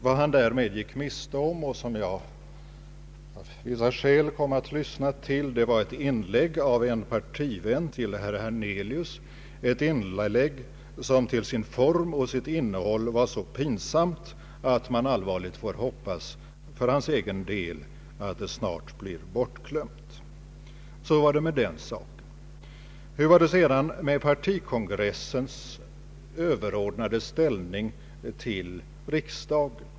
Vad han därmed gick miste om, och som jag av vissa skäl kom att lyssna till, var ett inlägg av en partivän till herr Hernelius, ett inlägg som till sin form och sitt innehåll var så pinsamt att man allvarligt får hoppas — för hans egen skull — att det snart blir bortglömt. Så var det med den saken. Hur var det sedan med partikongressens överordnade ställning till riksdagen?